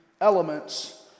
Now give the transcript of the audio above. elements